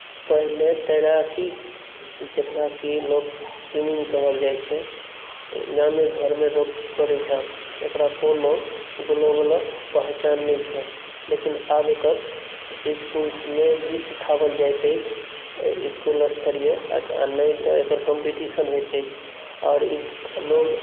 पहिने तैराकी जकरा कि लोक स्वीमिंग कहल जाइत छै गामे घरमे लोक करैत छल एकरा कोनो ग्लोबलक पहचान नहि छल लेकिन आब एकर इस्कुलमे भी सिखाओल जाइत अछि इस्कुल स्तरीय आ नहि तऽ एकर कॉम्पीटीशन होइत अछि आओर ई लोक